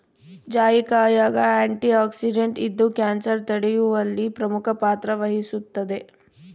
ಜಾಯಿಕಾಯಾಗ ಆಂಟಿಆಕ್ಸಿಡೆಂಟ್ ಇದ್ದು ಕ್ಯಾನ್ಸರ್ ತಡೆಯುವಲ್ಲಿ ಪ್ರಮುಖ ಪಾತ್ರ ವಹಿಸುತ್ತದೆ